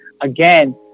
again